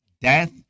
death